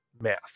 math